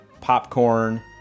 popcorn